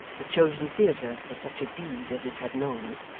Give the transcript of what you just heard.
the chosen theatre for such a deed as it had known.